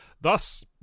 Thus